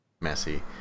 messy